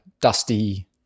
dusty